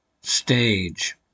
stage